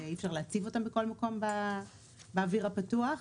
ואי אפשר להציב אותן בכל מקום באוויר הפתוח.